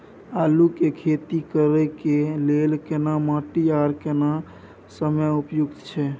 आलू के खेती करय के लेल केना माटी आर केना समय उपयुक्त छैय?